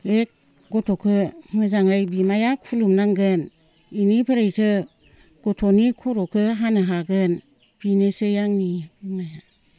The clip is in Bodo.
बे गथ'खो मोजाङै बिमाया खुलुमनांगोन इनिफोरायसो गथ'नि खर'खो हानो हागोन बिनोसै आंनि बुंनाया